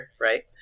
right